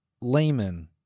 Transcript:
layman